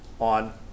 on